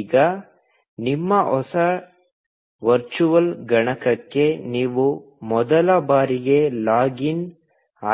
ಈಗ ನಿಮ್ಮ ಹೊಸ ವರ್ಚುವಲ್ ಗಣಕಕ್ಕೆ ನೀವು ಮೊದಲ ಬಾರಿಗೆ ಲಾಗ್ ಇನ್